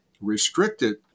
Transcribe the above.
restricted